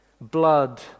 blood